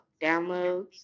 downloads